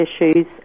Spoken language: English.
issues